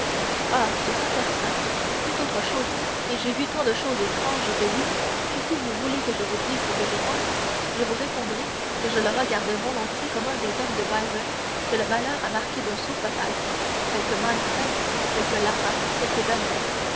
ah sur sa personne c'est autre chose et j'ai vu tant de choses étranges de lui que si vous voulez que je vous dise ce que je pense je vous répondrai que je le regarderais volontiers comme un des hommes de byron que le malheur a marqué d'un sceau fatal quelque manfred quelque lara quelque